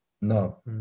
No